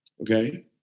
okay